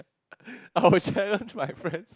I'll challenge my friends